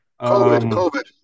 COVID